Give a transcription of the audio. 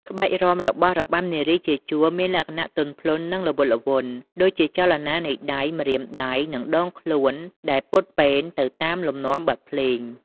ក្បាច់រាំរបស់របាំនារីជាជួរមានលក្ខណៈទន់ភ្លន់ និងល្វត់ល្វន់ ដូចជាចលនានៃដៃ ម្រាមដៃ និងដងខ្លួនដែលពត់ពែនទៅតាមលំនាំបទភ្លេង។